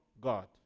God